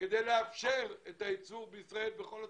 כדי שיהיה ייצור בישראל בכל התחומים.